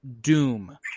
Doom